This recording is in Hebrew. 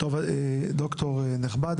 ד"ר נכבד,